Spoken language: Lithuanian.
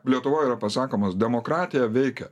lietuvoj yra pasakomas demokratija veikia